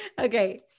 Okay